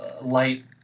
light